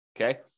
okay